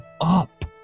up